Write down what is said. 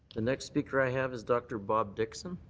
the next speaker i have is dr. bob dickson.